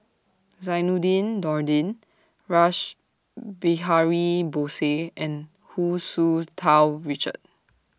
Zainudin Nordin Rash Behari Bose and Hu Tsu Tau Richard